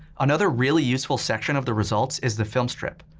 another really useful section of the results is the film strip.